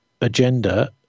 agenda